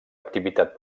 activitat